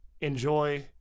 Enjoy